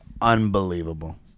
unbelievable